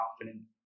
confident